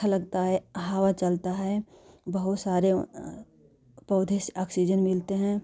अच्छा लगता है हवा चलता है बहुत सारे पौधे से ऑक्सीजन मिलता है